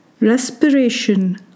respiration